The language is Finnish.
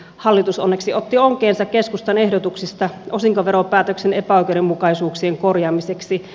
hallitus onneksi otti onkeensa keskustan ehdotuksista osinkoveropäätöksen epäoikeudenmukaisuuksien korjaamiseksi